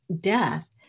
death